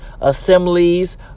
assemblies